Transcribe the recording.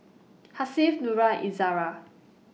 Hasif Nura Izara